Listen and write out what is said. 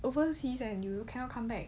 overseas and you cannot come back